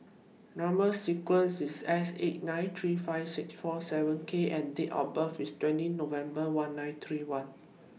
Number sequences IS S eight nine three five six four seven K and Date of birth IS twenty November one nine three one